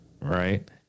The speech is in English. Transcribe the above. right